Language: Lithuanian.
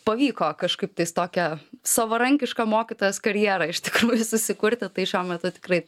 pavyko kažkaip tais tokią savarankišką mokytojos karjerą iš tikrųjų susikurti tai šiuo metu tikrai